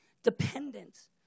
dependent